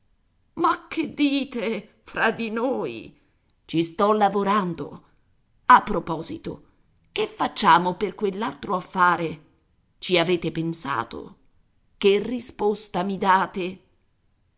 ma che dite fra di noi ci sto lavorando a proposito che facciamo per quell'altro affare ci avete pensato che risposta mi date